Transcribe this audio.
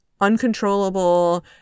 uncontrollable